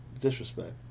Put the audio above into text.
Disrespect